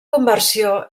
conversió